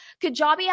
Kajabi